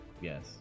Yes